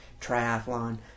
triathlon